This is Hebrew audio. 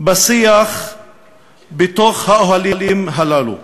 בשיח בתוך האוהלים הללו,